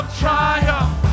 triumph